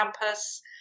campus